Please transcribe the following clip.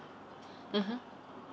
mmhmm